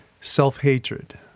self-hatred